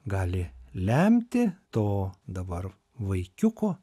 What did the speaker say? gali lemti to dabar vaikiuko